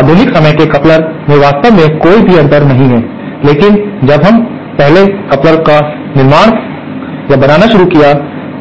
आधुनिक समय के कपलर में वास्तव में कोई अंतर नहीं है लेकिन जब पहले कपलर का निर्माण या बनाना शुरू हुआ